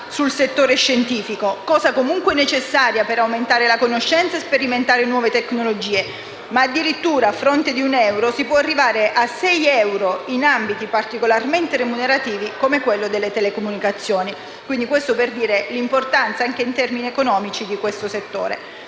sul settore scientifico, cosa comunque necessaria per aumentare la conoscenza e sperimentare nuove tecnologie, ma addirittura a fronte di un euro si può arrivare a sei euro in ambiti particolarmente remunerativi come quello delle telecomunicazioni. Questo per dire dell'importanza, anche in termini economici, di questo settore.